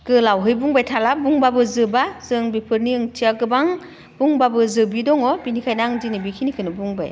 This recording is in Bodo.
गोलावै बुंबाय थाला बुंब्लाबो जोबा जों बेफोरनि ओंथिया गोबां बुंब्लाबो जोबि दङ बेनिखायनो आं दिनै बेखिनिखोनो बुंबाय